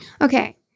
Okay